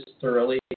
thoroughly